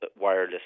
wireless